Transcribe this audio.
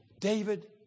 David